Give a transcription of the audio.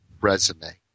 resume